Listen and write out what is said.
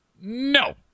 No